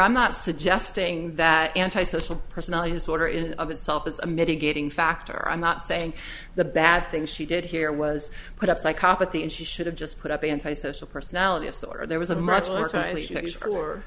i'm not suggesting that antisocial personality disorder in and of itself is a mitigating factor i'm not saying the bad things she did here was put up psychopathy and she should have just put up anti social personality disorder there was a